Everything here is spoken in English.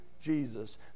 Jesus